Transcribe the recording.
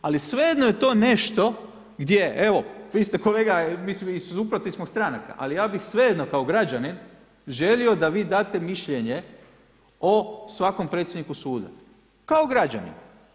Ali svejedno je to nešto gdje evo, vi ste kolega, mislim iz suprotnih smo stranaka, ali bih svejedno kao građanin želio da vi date mišljenje o svakom predsjedniku suda kao građanin.